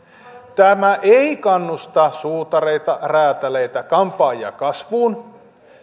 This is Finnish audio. tämä ei kannusta suutareita räätäleitä kampaajia kasvuun